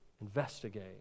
Investigate